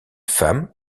femme